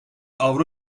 avro